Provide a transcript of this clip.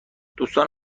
دوستان